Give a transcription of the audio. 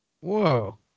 Whoa